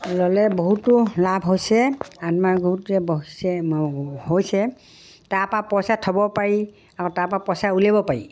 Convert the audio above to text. ল'লে বহুতো লাভ হৈছে হৈছে তাৰপৰা পইচা থ'ব পাৰি আৰু তাৰপৰা পইচা উলিয়াব পাৰি